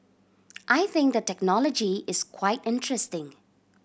I think the technology is quite interesting